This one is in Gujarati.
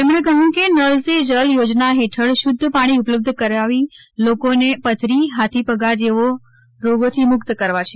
તેમણે કહ્યું કે નલ સે જલ યોજના હેઠળ શુદ્ધ પાણી ઉપલબ્ધ કરાવી લોકોને પથરી હાથીપગા જેવા રોગથી મુક્ત કરવા છે